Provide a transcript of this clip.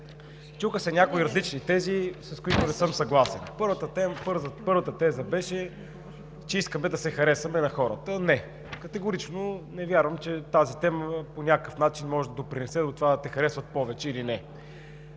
Чуха се някои различни тези, с които не съм съгласен. Първата теза беше, че искаме да се харесаме на хората. Не, категорично не вярвам, че тази тема по някакъв начин може да допринесе до това да те харесват повече или не.